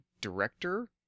director